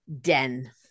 den